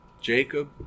Jacob